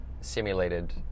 simulated